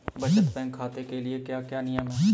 बचत बैंक खाते के क्या क्या नियम हैं?